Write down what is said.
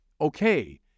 Okay